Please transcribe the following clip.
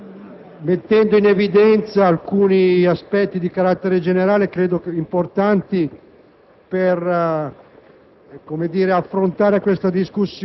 mettendo in evidenza alcuni aspetti di carattere generale che ritengo importanti per